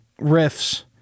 riffs